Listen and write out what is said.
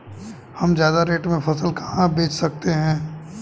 हम ज्यादा रेट में फसल कहाँ बेच सकते हैं?